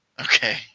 Okay